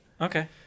Okay